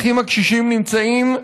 הנכים הקשישים נמצאים,